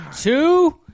Two